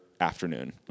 afternoon